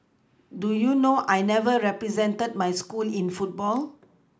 do you know I never represented my school in football